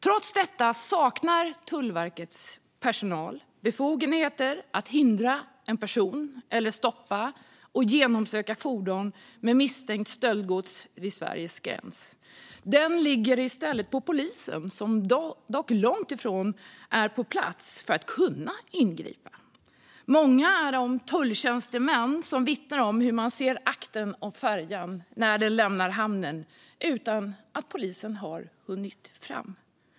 Trots detta saknar Tullverkets personal befogenheter att hindra en person eller stoppa och genomsöka fordon med misstänkt stöldgods vid Sveriges gräns. Detta ligger i stället på polisen som dock långt ifrån är på plats för att kunna ingripa. Många är de tulltjänstemän som vittnar om hur de ser aktern av färjan när den lämnar hamnen utan att polisen har hunnit fram.